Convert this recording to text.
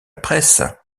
presse